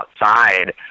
outside